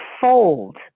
fold